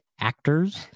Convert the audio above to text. actors